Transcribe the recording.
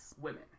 women